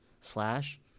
slash